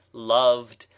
loved,